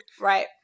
Right